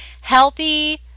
healthy